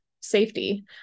safety